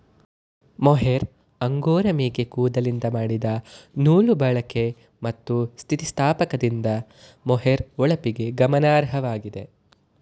mohair angora ಮೇಕೆ ಕೂದಲಿಂದ ಮಾಡಿದ ನೂಲು ಬಾಳಿಕೆ ಮತ್ತು ಸ್ಥಿತಿಸ್ಥಾಪಕದಿಂದ ಮೊಹೇರ್ ಹೊಳಪಿಗೆ ಗಮನಾರ್ಹವಾಗಿದೆ